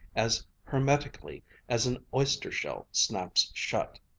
as hermetically as an oyster-shell snaps shut.